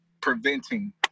preventing